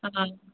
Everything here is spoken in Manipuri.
ꯑꯥ